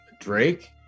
Drake